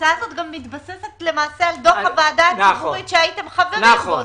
ההצעה הזאת גם מתבססת על דוח הוועדה הציבורית שהייתם חברים בו.